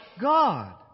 God